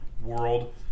world